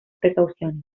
precauciones